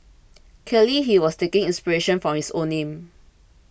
clearly he was taking inspiration from his own name